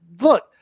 look